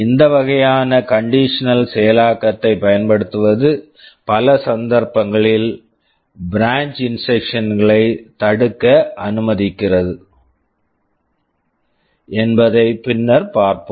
இந்த வகையான conditional conditional செயலாக்கத்தைப் பயன்படுத்துவது பல சந்தர்ப்பங்களில் ப்ரான்ச் branch இன்ஸ்ட்ரக்க்ஷன்ஸ் instructions களைத் தடுக்க அனுமதிக்கிறது என்பதை பின்னர் பார்ப்போம்